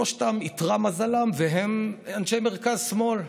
שלושתם, אתרע מזלם והם אנשי מרכז-שמאל.